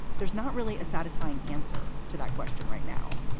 there's not really a satisfying answer to that question right now.